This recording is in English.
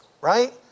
right